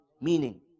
meaning